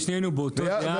כי שנינו באותה דעה.